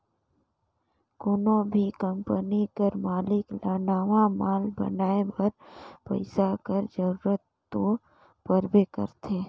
कोनो भी कंपनी कर मालिक ल नावा माल बनाए बर पइसा कर जरूरत दो परबे करथे